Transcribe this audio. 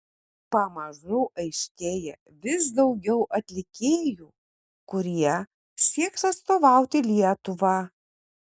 pamažu aiškėja vis daugiau atlikėjų kurie sieks atstovauti lietuvą